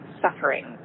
suffering